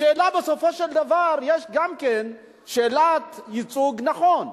השאלה בסופו של דבר, יש גם כן שאלת ייצוג נכון,